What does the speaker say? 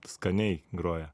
skaniai groja